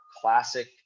classic